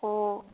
অঁ